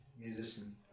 musicians